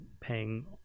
paying